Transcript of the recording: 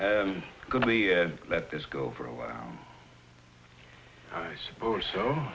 it's going to be let this go for a while i suppose so